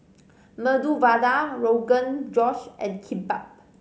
Medu Vada Rogan Josh and Kimbap